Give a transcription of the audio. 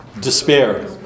Despair